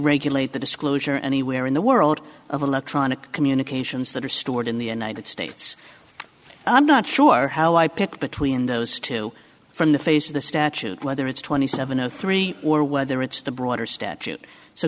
regulate the disclosure anywhere in the world of electronic communications that are stored in the united states i'm not sure how i pick between those two from the face of the statute whether it's twenty seven zero three or whether it's the broader statute so